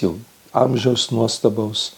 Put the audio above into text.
jau amžiaus nuostabaus